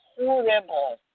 Horrible